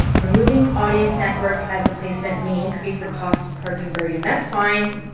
removing audience network as a placement may increase the cost per conversion. that's fine.